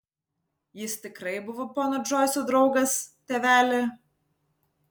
jis tikrai buvo pono džoiso draugas tėveli